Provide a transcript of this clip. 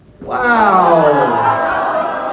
Wow